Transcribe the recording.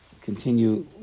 continue